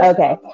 Okay